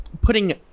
putting